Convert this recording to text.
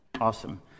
Awesome